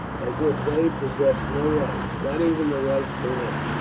as if they possessed no rights, not even the right to live.